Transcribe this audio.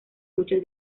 muchos